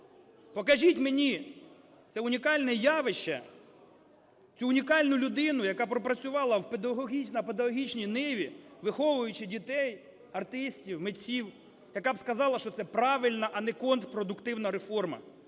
Покажіть мені це унікальне явище, цю унікальну людину, яка пропрацювала на педагогічній ниві, виховуючи дітей, артистів, митців, яка б сказала, що це правильна, а не контпродуктивна реформа.